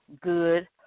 Good